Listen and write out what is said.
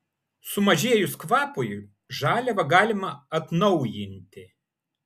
sumažėjus kvapui žaliavą galima atnaujinti